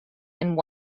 and